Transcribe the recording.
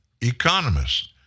economists